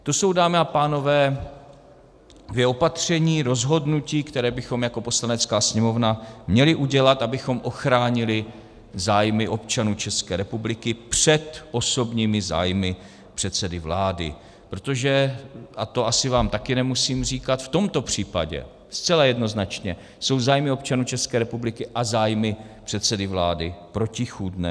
To jsou, dámy a pánové, dvě opatření, rozhodnutí, která bychom jako Poslanecká sněmovna měli udělat, abychom ochránili zájmy občanů České republiky před osobními zájmy předsedy vlády, protože, a to vám asi také nemusím říkat, v tomto případě zcela jednoznačně jsou zájmy občanů České republiky a zájmy předsedy vlády protichůdné.